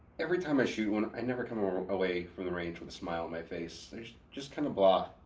every time i shoot one, i never come away from the range with a smile on my face. they're just just kinda blah.